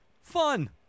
Fun